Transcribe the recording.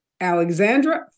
Alexandra